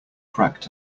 cracked